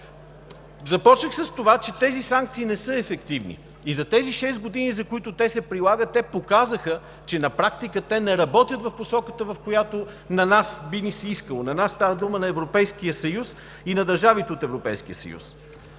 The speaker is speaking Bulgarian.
Започнах с това, че тези санкции не са ефективни. За тези шест години, в които те се прилагат, показаха, че на практика не работят в посоката, в която на нас би ни се искало – на нас, става дума на Европейския съюз и държавите от Европейския съюз.